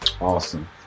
Awesome